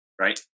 right